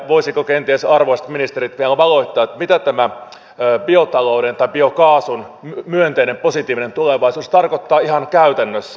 voisivatko kenties arvoisa ministerit vielä valottaa mitä tämä biokaasun myönteinen positiivinen tulevaisuus tarkoittaa ihan käytännössä